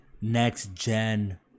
next-gen